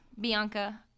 Bianca